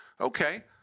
okay